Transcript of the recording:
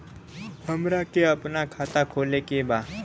हमरा के अपना खाता खोले के बा?